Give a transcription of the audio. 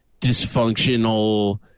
dysfunctional